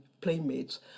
playmates